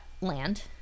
land